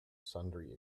sundry